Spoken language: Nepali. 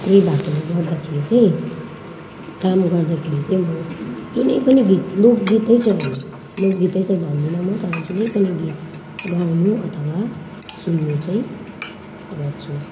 यही भएकोले गर्दाखेरि चाहिँ काम गर्दाखेरि चाहिँ म जुनै पनि गीत लोकगीतै चाहिँ होइन लोकगीतै चाहिँ भन्दिनँ म तर जुनै पनि गीत गाउनु अथवा सुन्नु चाहिँ गर्छु